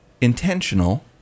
intentional